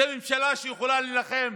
זו ממשלה שיכולה להילחם?